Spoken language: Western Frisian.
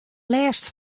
lêst